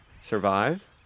survive